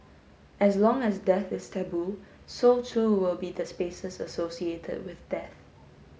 as long as death is taboo so too will be the spaces associated with death